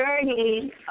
journey